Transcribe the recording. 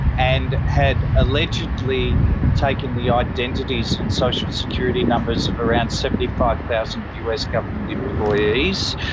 and had allegedly taken the identities and social security numbers of around seventy five thousand us government employees.